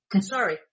Sorry